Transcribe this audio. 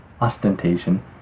ostentation